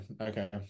okay